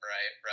Right